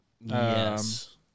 Yes